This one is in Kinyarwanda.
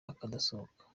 akadasohoka